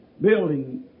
building